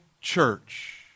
church